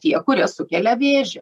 tie kurie sukelia vėžį